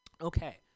Okay